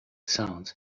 sounds